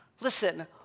listen